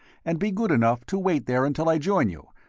and be good enough to wait there until i join you,